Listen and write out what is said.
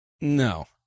no